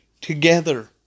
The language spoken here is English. together